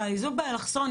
והאיזוק באלכסון,